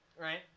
right